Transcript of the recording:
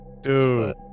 Dude